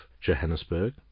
Johannesburg